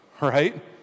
right